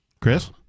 Chris